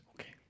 Okay